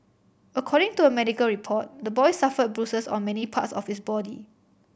according to a medical report the boy suffered bruises on many parts of his body